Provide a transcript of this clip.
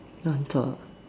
nak hantar